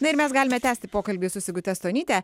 na ir mes galime tęsti pokalbį su sigute stonyte